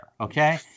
okay